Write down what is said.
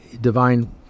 divine